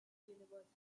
university